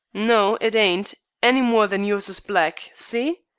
no, it ain't, any more than yours is black. see?